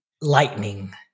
lightning